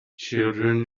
children